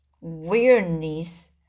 Weariness